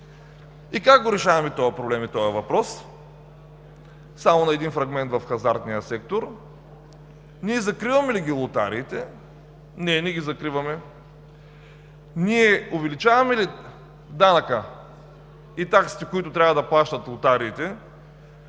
И как решаваме този проблем и този въпрос само на един фрагмент в хазартния сектор? Ние закриваме ли лотариите? Не ги закриваме. Ние увеличаваме ли данъка и таксите, които трябва да плащат лотариите,